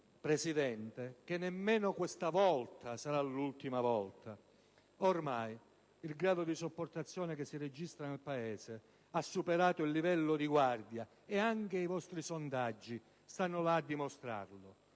Presidente, che nemmeno questa volta sarà l'ultima volta. Ormai il grado di sopportazione che si registra nel Paese ha superato il livello di guardia ed anche i vostri sondaggi stanno là a dimostrarlo.